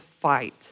fight